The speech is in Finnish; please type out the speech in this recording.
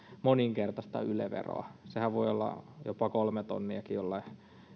moninkertaista yle veroa sehän voi olla jopa kolme tonniakin jollain